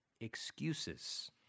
excuses